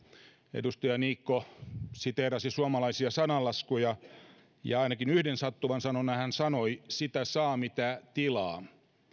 edustaja niikko siteerasi suomalaisia sananlaskuja ja ainakin yhden sattuvan sanonnan hän sanoi sitä saa mitä tilaa